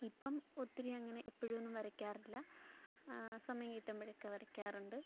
ഇപ്പോള് ഒത്തിരി അങ്ങനെ എപ്പഴൊന്നും വരയ്ക്കാറില്ല സമയം കിട്ടുമ്പോഴൊക്കെ വരയ്ക്കാറുണ്ട്